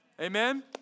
Amen